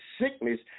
sickness